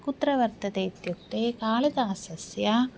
कुत्र वर्तते इत्युक्ते कालिदासस्य